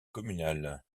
communale